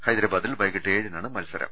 ഹൈദരബാദിൽ വൈകിട്ട് ഏഴിനാണ് മത്സരം